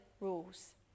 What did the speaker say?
rules